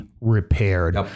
repaired